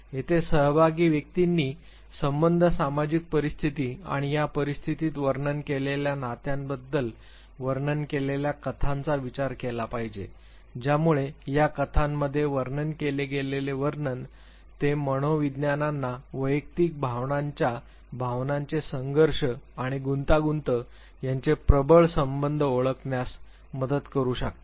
येथे सहभागी व्यक्तींनी संबंध सामाजिक परिस्थिती आणि या परिस्थितीत वर्णन केलेल्या नात्यांबद्दल वर्णन केलेल्या कथांचा विचार केला पाहिजे ज्यामुळे या कथांमध्ये वर्णन केले गेलेले वर्णन ते मनोविज्ञानांना वैयक्तिक भावनांच्या भावनांचे संघर्ष आणि गुंतागुंत यांचे प्रबळ संबंध ओळखण्यास मदत करू शकतात